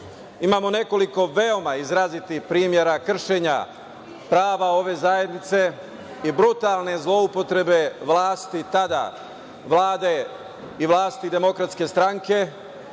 nekoliko veoma izrazitih primera kršenja prava ove zajednice i brutalne zloupotrebe vlasti, tada Vlade i vlasti DS, gde je